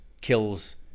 kills